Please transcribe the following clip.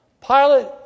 Pilate